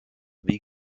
wie